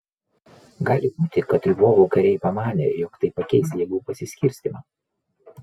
gali būti kad lvovo kariai pamanė jog tai pakeis jėgų pasiskirstymą